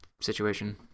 situation